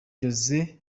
josé